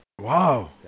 Wow